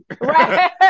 Right